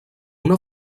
una